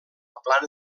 plana